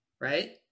right